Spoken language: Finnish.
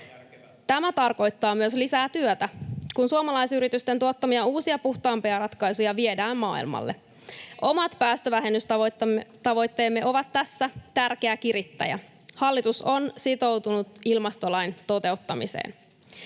Tämä tarkoittaa myös lisää työtä, kun suomalaisyritysten tuottamia uusia puhtaampia ratkaisuja viedään maailmalle. Omat päästövähennystavoitteemme ovat tässä tärkeä kirittäjä. Hallitus on sitoutunut ilmastolain toteuttamiseen.